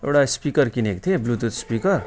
एउटा स्पिकर किनेको थिएँ ब्लुतुथ स्पिकर